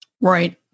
Right